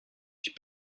ich